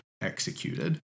executed